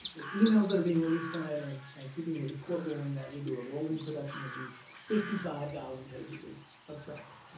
the emails that are being released tonight are in and keeping with a court ruling that we do a rolling production of these fifty five thousand pages of of traffic.